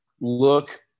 look